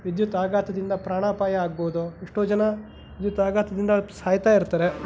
ವಿದ್ಯುತ್ ಆಘಾತದಿಂದ ಪ್ರಾಣಾಪಾಯ ಆಗ್ಬೋದು ಎಷ್ಟೋ ಜನ ವಿದ್ಯುತ್ ಆಘಾತದಿಂದ ಪ್ ಸಾಯ್ತಾ ಇರ್ತಾರೆ